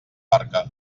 barca